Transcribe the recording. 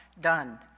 done